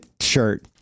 shirt